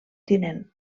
tinent